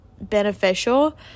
beneficial